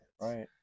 right